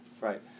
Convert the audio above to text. Right